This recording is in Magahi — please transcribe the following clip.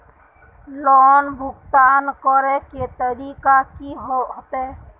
लोन भुगतान करे के तरीका की होते?